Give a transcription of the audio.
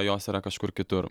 jos yra kažkur kitur